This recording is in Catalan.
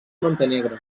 montenegro